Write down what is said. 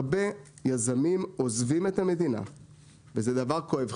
הרבה יזמים עוזבים את המדינה וזה דבר כואב.